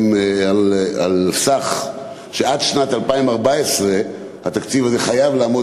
שהן שעד שנת 2014 התקציב הזה חייב לעמוד